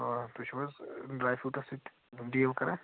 آ تُہۍ چھُو حظ ڈرے فروٹَس سۭتۍ ڈیٖل کران